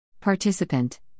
Participant